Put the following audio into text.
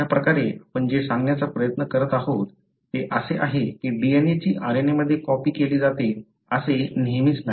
अशाप्रकारे आपण जे सांगण्याचा प्रयत्न करीत आहोत ते असे आहे की DNA ची RNA मध्ये कॉपी केली जाते असे नेहमीच नाही